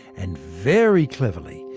and very cleverly,